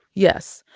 yes.